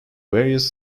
various